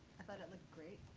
i thought it looked great.